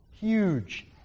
Huge